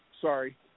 sorry